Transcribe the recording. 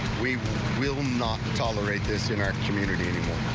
we will not tolerate this in our community anymore.